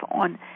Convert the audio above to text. on